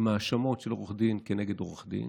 עם האשמות של עורך דין כנגד עורך דין,